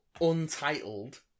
untitled